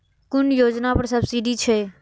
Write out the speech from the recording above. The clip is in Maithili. कुन योजना पर सब्सिडी छै?